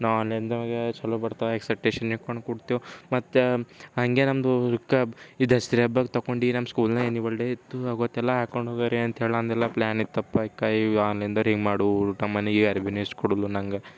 ನಾ ಆನ್ಲೈನ್ದ್ರೊಳಗೆ ಛಲೋ ಬರ್ತಾ ಎಸೆಪ್ಟೇಶನ್ ಇಕ್ಕೊಂಡು ಕೂಡ್ತೇವಿ ಮತ್ತೆ ಹಾಗೆ ನಮ್ದಕ್ಕೆ ಈ ದಸರ ಹಬ್ಬಕ್ಕೆ ತಕ್ಕೊಂಡು ನಮ್ಮ ಸ್ಕೂಲ್ನ ಆ್ಯನುವಲ್ ಡೇ ಇತ್ತು ಆವತ್ತೆಲ್ಲ ಹಾಕ್ಕೊಂಡು ಹೋಗ್ಯಾರಿ ಅಂತ ಹೇಳಂದೆಲ್ಲ ಪ್ಲ್ಯಾನ್ ಇತ್ತಪ್ಪ ಯಾಕೆ ಈ ಆನ್ಲೈನ್ದವ್ರು ಹೀಗೆ ಮಾಡಿ ನಮ್ಮನೀಗೆ ಅರಿವೆನೇ ಇಸ್ಕೊಡೋಲ್ಲ ನನಗೆ